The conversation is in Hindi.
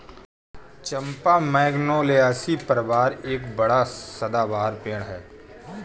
चंपा मैगनोलियासी परिवार का एक बड़ा सदाबहार पेड़ है